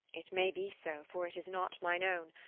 it may be so, for it is not mine own